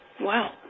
Wow